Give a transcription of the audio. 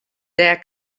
dêr